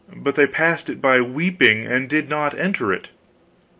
but they passed it by weeping, and did not enter it